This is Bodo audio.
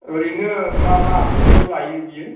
ओरैनो मा मा आखुथाय लायो बियो